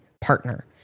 partner